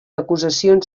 acusacions